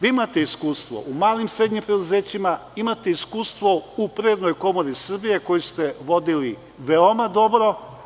Vi imate iskustvo u malim i srednjim preduzećima, imate iskustvo u Privrednoj komori Srbije, koju ste vodili veoma dobro.